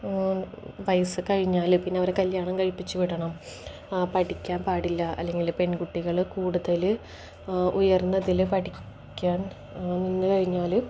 പൈസ കഴിഞ്ഞാൽ പിന്നെ അവരെ കല്യാണം കഴിപ്പിച്ചു വിടണം പഠിക്കാൻ പാടില്ല അല്ലെങ്കിൽ പെൺകുട്ടികൾ കൂടുതൽ ഉയർന്നതിൽ പഠിക്കാൻ നിന്നു കഴിഞ്ഞാൽ